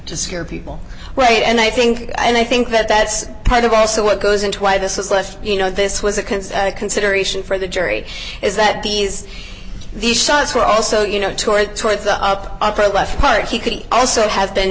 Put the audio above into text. to scare people away and i think and i think that that's part of also what goes into why this is less you know this was a concern a consideration for the jury is that these these shots were also you know toward towards the up upper left part he could also have